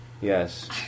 Yes